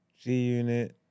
G-Unit